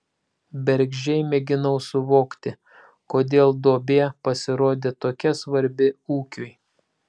bergždžiai mėginau suvokti kodėl duobė pasirodė tokia svarbi ūkiui